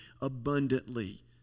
abundantly